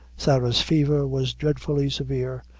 sarah's fever was dreadfully severe,